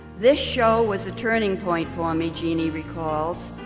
this show was a turning point for me jeannie recalls,